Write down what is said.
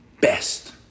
best